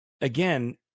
again